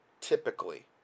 typically